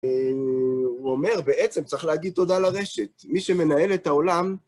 הוא אומר, בעצם צריך להגיד תודה לרשת, מי שמנהל את העולם,